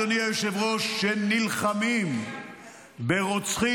-- באנשים, אדוני היושב-ראש, שנלחמים ברוצחים,